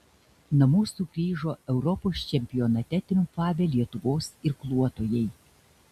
namo sugrįžo europos čempionate triumfavę lietuvos irkluotojai